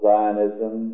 Zionism